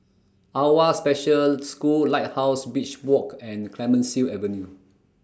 AWWA Special School Lighthouse Beach Walk and Clemenceau Avenue